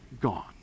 gone